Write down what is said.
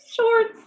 Shorts